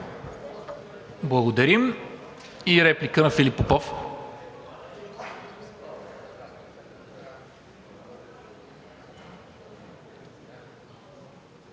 Благодаря. И реплика на Филип Попов.